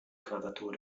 quadratur